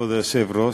כבוד היושב-ראש,